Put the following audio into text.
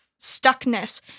stuckness